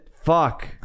Fuck